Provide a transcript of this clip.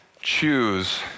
choose